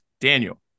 Daniel